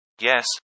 yes